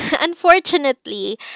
unfortunately